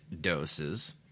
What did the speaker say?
doses